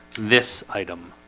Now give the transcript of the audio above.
this item.